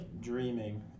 dreaming